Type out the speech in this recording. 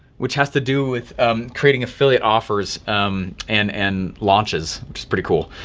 which has to do with creating affiliate offers and and launches, which is pretty cool.